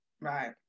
right